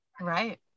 right